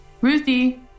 Ruthie